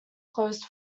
closed